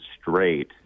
straight